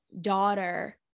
daughter